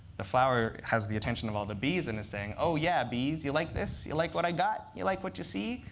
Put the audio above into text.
the flower has the attention of all the bees and is saying, oh, yeah, bees, you like this? you like what i got? you like what you see?